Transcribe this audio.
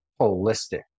holistic